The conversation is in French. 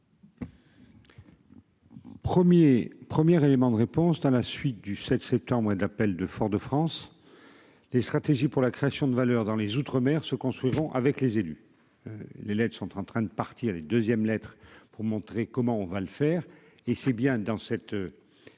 première éléments de réponse à la suite du 7 septembre d'appel de Fort-de-France, les stratégies pour la création de valeur dans les outre-mer se construiront avec les élus, les LED sont en train de partir 2ème lettre pour montrer comment on va le faire et c'est bien dans cette